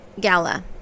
gala